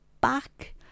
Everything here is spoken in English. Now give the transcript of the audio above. back